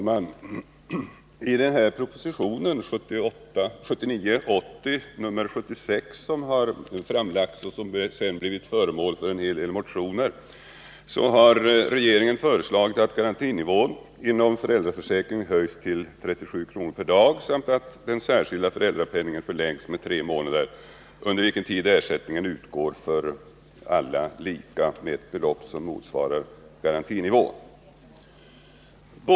Herr talman! I propositionen 1979 dag samt att den särskilda föräldrapenningen förlängs med tre månader, under vilken tid ersättningen utgår lika för alla med ett belopp som motsvarar garantinivån.